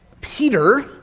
Peter